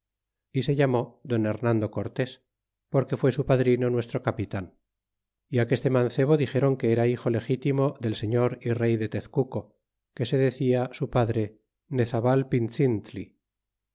y se llamó don hernando cortes porque fué su padrino nuestro capitan e aqueste mancebo dixeron que era hijo legitimo del señor y rey de tezcuco que se decia su padre nezabal